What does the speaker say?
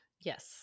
Yes